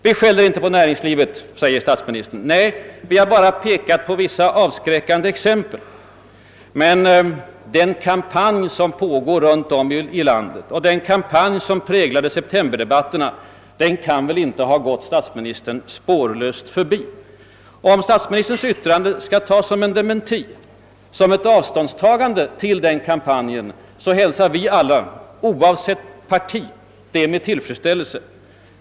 Vi »skäller» inte på näringslivet — vi har bara pekat på vissa avskräckande exempel, säger statsministern. Men den kampanj som bedrivs runtom i landet och som präglade septemberdebatterna kan väl inte ha gått statsministern spårlöst förbi. Om statsministerns yttrande skall uppfattas som ett avståndstagande från den kampanjen hälsar vi alla, oavsett parti, detta med tillfredsställelse.